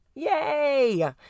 Yay